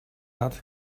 hat